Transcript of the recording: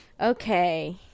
Okay